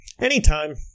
anytime